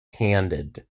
handed